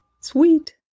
Sweet